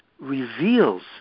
reveals